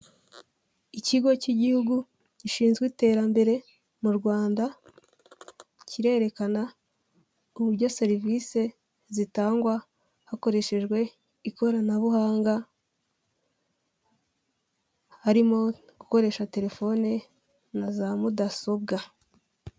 Ikigo cy'igihugu gishinzwe iterambere mu Rwanda kirerekana uburyo serivisi zitangwa hakoreshejwe ikoranabuhanga harimo gukoresha telefone na za mudasobwa.